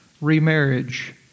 Remarriage